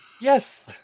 Yes